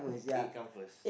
egg come first